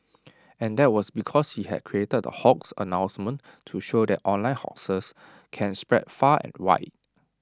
and that was because he had created the hoax announcement to show that online hoaxes can spread far and wide